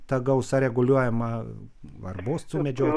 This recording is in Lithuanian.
ta gausa reguliuojama ar buvo sumedžiota